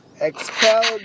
expelled